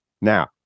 Now